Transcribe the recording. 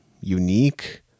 unique